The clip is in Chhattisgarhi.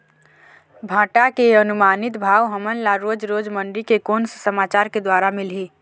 भांटा के अनुमानित भाव हमन ला रोज रोज मंडी से कोन से समाचार के द्वारा मिलही?